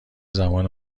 زمان